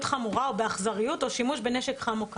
חמורה או באכזריות או שימוש בנשק חם או קר.